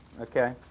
okay